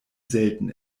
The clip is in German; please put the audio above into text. selten